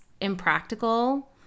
impractical